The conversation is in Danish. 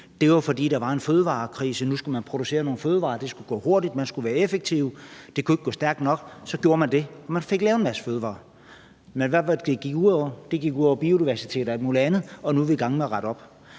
Det var, fordi der var en fødevarekrise. Nu skulle man producere nogle fødevarer, og det skulle gå hurtigt, og man skulle være effektive, og det kunne ikke gå stærkt nok. Så gjorde man det, og man fik lavet en masse fødevarer. Men hvad gik det ud over? Det gik ud over biodiversiteten og alt muligt andet, og nu er vi i gang med at rette op.